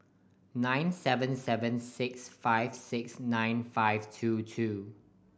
nine seven seven six five six nine five two two